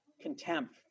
contempt